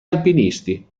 alpinisti